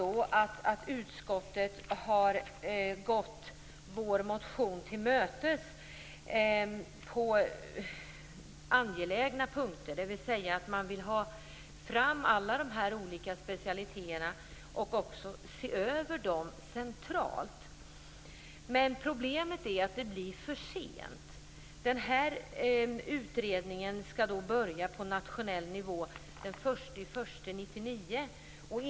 Jag är glad att utskottet har gått vår motion till mötes på angelägna punkter. Man vill se över de olika specialiteterna centralt. Problemet är att det sker för sent. Utredningen skall börja på nationell nivå den 1 januari 1999.